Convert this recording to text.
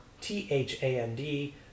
T-H-A-N-D